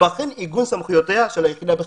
ייבחן עיגון סמכויותיה של היחידה בחקיקה".